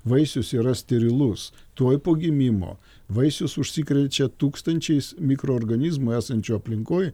vaisius yra sterilus tuoj po gimimo vaisius užsikrečia tūkstančiais mikroorganizmų esančių aplinkoj